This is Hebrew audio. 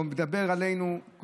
הוא מדבר עלינו,